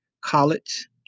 college